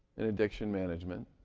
in addiction management.